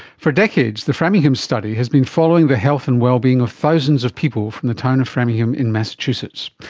for decades the framingham study has been following the health and well-being of thousands of people from the town of framingham in massachusetts.